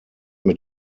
mit